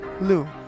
Lou